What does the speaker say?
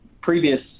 previous